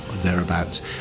Thereabouts